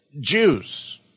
Jews